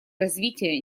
развития